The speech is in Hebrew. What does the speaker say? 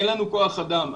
אין לנו כוח אדם.